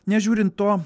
nežiūrint to